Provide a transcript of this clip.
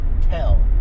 tell